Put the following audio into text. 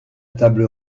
table